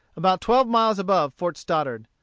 about twelve miles above fort stoddart.